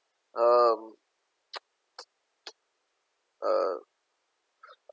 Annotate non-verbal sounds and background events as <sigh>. um <noise> uh